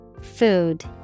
Food